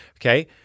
okay